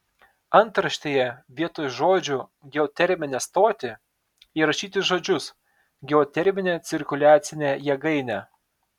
antraštėje vietoj žodžių geoterminę stotį įrašyti žodžius geoterminę cirkuliacinę jėgainę